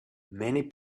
many